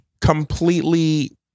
completely